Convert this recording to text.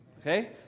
Okay